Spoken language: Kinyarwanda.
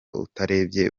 utarebye